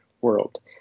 world